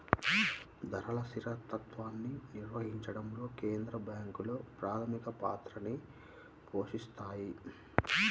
ధరల స్థిరత్వాన్ని నిర్వహించడంలో కేంద్ర బ్యాంకులు ప్రాథమిక పాత్రని పోషిత్తాయి